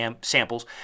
samples